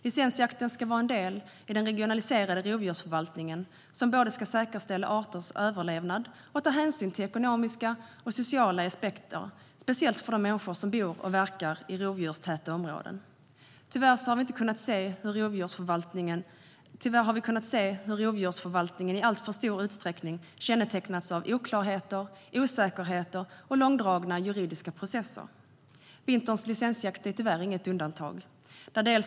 Licensjakten ska vara en del i den regionaliserade rovdjursförvaltningen som ska säkerställa arters överlevnad och ta hänsyn till ekonomiska och sociala aspekter, speciellt för de människor som bor och verkar i rovdjurstäta områden. Tyvärr har vi sett hur rovdjursförvaltningen i alltför stor utsträckning kännetecknas av oklarheter, osäkerheter och långdragna juridiska processer. Vinterns licensjakt är tyvärr inget undantag.